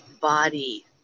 body